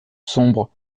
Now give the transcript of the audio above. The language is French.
sombre